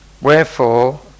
Wherefore